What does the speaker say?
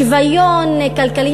שוויון כלכלי,